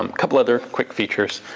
um couple other quick features.